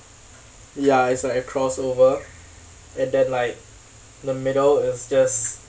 ya it's like a crossover and then like the middle is just